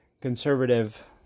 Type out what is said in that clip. conservative